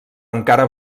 encara